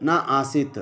न आसन्